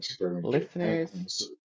Listeners